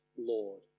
Lord